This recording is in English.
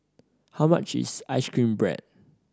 how much is ice cream bread